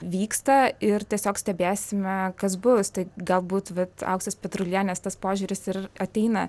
vyksta ir tiesiog stebėsime kas bus tai galbūt bet auksės petrulienės tas požiūris ir ateina